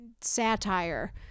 satire